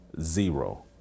zero